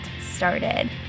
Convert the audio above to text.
started